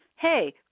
Hey